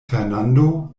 fernando